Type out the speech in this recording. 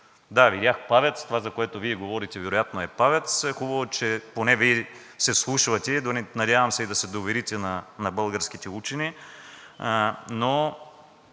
Да, видях ПАВЕЦ – това, за което Вие говорите, вероятно е ПАВЕЦ. Хубаво е, че поне Вие се вслушвате, надявам се и да се доверите на българските учени, но